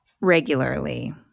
regularly